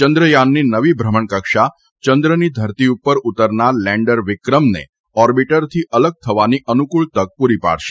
ચંદ્રયાનની નવી ભ્રમણકક્ષા ચંદ્રની ધરતી ઉપર ઉતરનાર લેન્ડર વિક્રમને ઓર્બીટરથી અલગ થવાની અનુકૂળ તક પૂરી પાડશે